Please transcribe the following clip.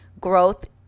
growth